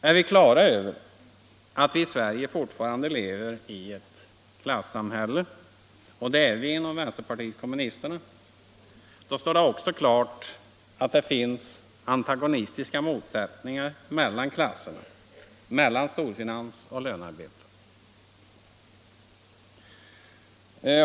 Är vi på det klara med att vi i Sverige fortfarande lever i ett klassamhälle — och det är vi inom vänsterpartiet kommunisterna — då står det också klart att det finns antagonistiska motsättningar mellan klasserna, mellan storfinans och lönarbetare.